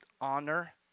honor